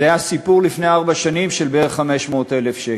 זה היה לפני ארבע שנים סיפור של בערך 500,000 שקל.